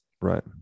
right